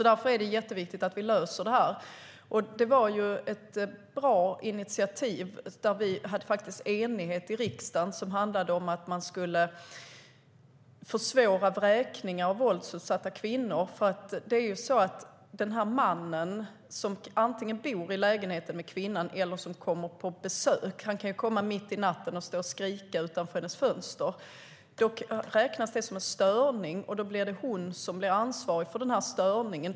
Därför är det jätteviktigt att vi löser det här. Det fanns ett bra initiativ, där vi hade enighet i riksdagen, som handlade om att man skulle försvåra vräkningar av våldsutsatta kvinnor. Det är nämligen så att den man som antingen bor med kvinnan i lägenheten eller kommer på besök kan komma mitt i natten och stå och skrika utanför hennes fönster, vilket räknas som en störning - och det är kvinnan som blir ansvarig för störningen.